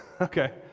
Okay